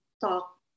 talk